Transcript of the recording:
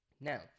Now